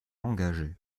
engager